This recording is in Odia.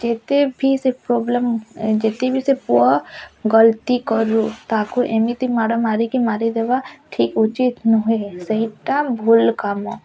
ଯେତେ ବି ସେ ପ୍ରୋବ୍ଲେମ୍ ଯେତେ ବି ସେ ପୁଅ ଗଲତି କରୁ ତାକୁ ଏମିତି ମାଡ଼ ମାରିକି ମାରିଦେବା ଠିକ୍ ଉଚିତ ନୁହେଁ ସେହିଟା ଭୁଲ କାମ